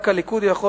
רק הליכוד יכול.